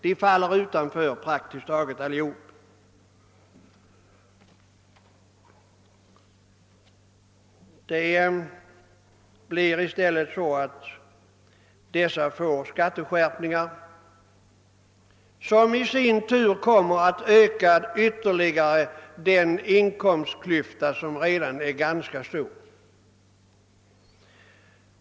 De får i stället skatteskärpningar, vilka i sin tur kommer att ytterligare öka den inkomstklyfta som redan är ganska stor.